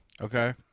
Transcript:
Okay